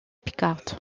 picarde